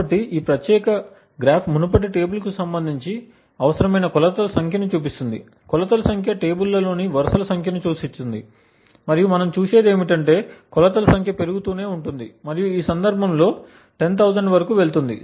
కాబట్టి ఈ ప్రత్యేక గ్రాఫ్ మునుపటి టేబుల్ కు సంబంధించి అవసరమైన కొలతల సంఖ్యను చూపిస్తుంది కొలతల సంఖ్య టేబుల్ లలోని వరుసల సంఖ్యను సూచిస్తుంది మరియు మనం చూసేది ఏమిటంటే కొలతల సంఖ్య పెరుగుతూనే ఉంటుంది మరియు ఈ సందర్భంలో 10000 వరకు వెళుతుంది